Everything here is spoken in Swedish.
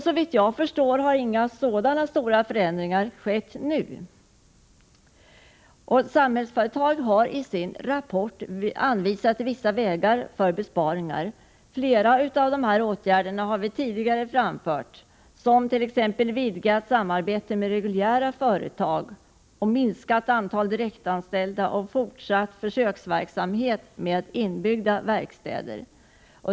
Såvitt jag förstår har inga stora förändringar skett nu. Samhällsföretag har i sin rapport anvisat vissa vägar för besparingar. Flera av de föreslagna åtgärderna har vi tidigare framfört, såsom vidgat samarbete med reguljära företag, minskat antal direktanställda och fortsatt försöksverksamhet med inbyggda verkstäder.